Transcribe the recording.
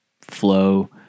flow